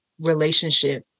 relationship